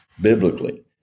biblically